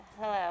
Hello